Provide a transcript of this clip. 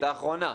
האחרונה".